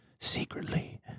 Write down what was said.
secretly